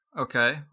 Okay